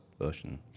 version